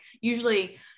usually